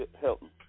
Hilton